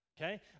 okay